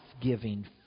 giving